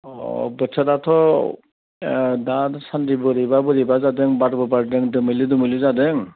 अ बोथोराथ' दासान्दि बोरैबा बोरैबा जादों बारबो बारदों दोमैलु दोमैलु जादों